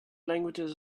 languages